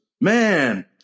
Man